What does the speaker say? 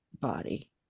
body